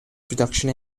production